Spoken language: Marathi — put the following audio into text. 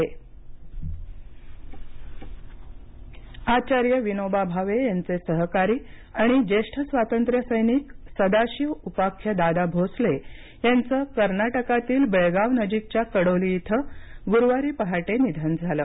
निधन दादा भोसले आचार्य विनोबा भावें यांचे सहकारी आणि ज्येष्ठ स्वातंत्र्य सैनिक सदाशिव उपाख्य दादा भोसले यांचं कर्नाटकातील बेळगाव नजीकच्या कडोली इथे गुरुवारी पहाटे निधन झालं